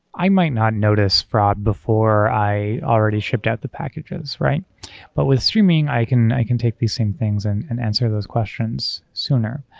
i might not notice fraud before i already shipped out the packages. but with streaming, i can i can take these same things and and answer those questions sooner.